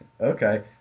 okay